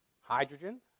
Hydrogen